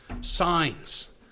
signs